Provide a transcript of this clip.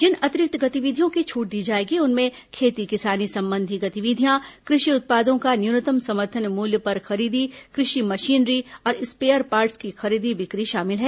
जिन अतिरिक्त गतिविधियों की छूट दी जाएगी उनमें खेती किसानी संबंधी गतिविधियां कृषि उत्पादों का न्यूनतम समर्थन मूल्य पर खरीदी कृषि मशीनरी और स्पेयर पार्ट्स की खरीदी बिक्री शामिल हैं